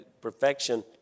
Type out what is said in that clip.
perfection